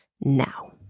now